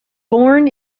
born